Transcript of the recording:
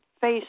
face